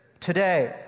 today